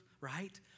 right